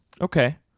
Okay